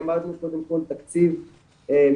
העמדנו קודם כל תקציב מקדמות,